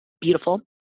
beautiful